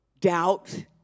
doubt